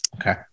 Okay